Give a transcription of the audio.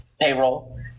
payroll